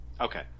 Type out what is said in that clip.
Okay